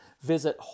Visit